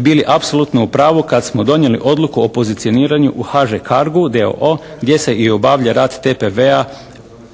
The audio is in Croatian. bili apsolutno u pravu kada smo donijeli odluku o pozicioniranju u HŽ Kargu d.o.o. gdje se i obavlja rad TPV-a